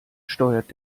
steuert